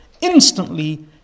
Instantly